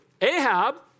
Ahab